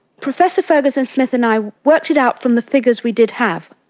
professor ferguson-smith and i worked it out from the figures we did have.